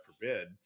forbid